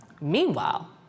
Meanwhile